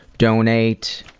donate,